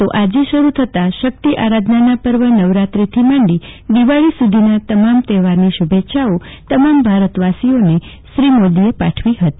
તો આજે શરૂ થતા શક્તિ આરાધના પર્વ નવરાત્રીથી માંડી દિવાળી સુધીના તમામ તફેવારની શુભેચ્છા તમામ ભારતવાસીઓને પાઠવી હતી